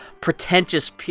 pretentious